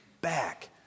back